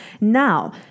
Now